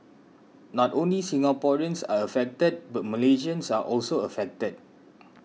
not only Singaporeans are affected but Malaysians are also affected